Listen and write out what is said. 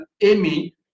Amy